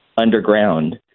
underground